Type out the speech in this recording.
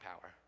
power